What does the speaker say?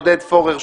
עודד פורר,